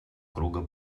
круга